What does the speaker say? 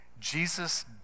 Jesus